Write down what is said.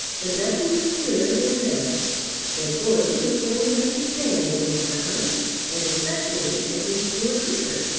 but nothing was clearer than this that goarly was going to make a stand against the hunt and especially against lord rufford.